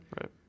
Right